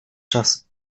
czas